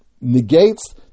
negates